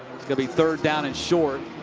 it will be third down and short.